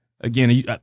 again